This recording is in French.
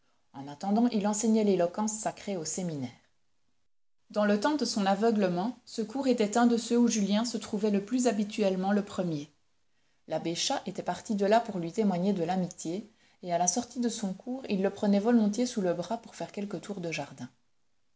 en attendant il enseignait l'éloquence sacrée au séminaire dans le temps de son aveuglement ce cours était un de ceux où julien se trouvait le plus habituellement le premier l'abbé chas était parti de là pour lui témoigner de l'amitié et à la sortie de son cours il le prenait volontiers sous le bras pour faire quelques tours de jardin